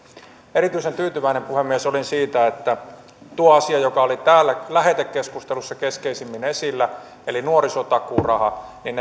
erityisen tyytyväinen puhemies olin siihen että tuo asia joka oli täällä lähetekeskustelussa keskeisemmin esillä eli nuorisotakuuraha